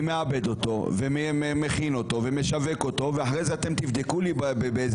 אני מעבד אותו ומכין אותו ומשווק אותו ואחרי זה אתם תבדקו לי באיזה